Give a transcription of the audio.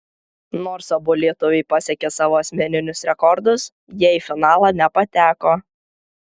nors abu lietuviai pasiekė savo asmeninius rekordus jie į finalą nepateko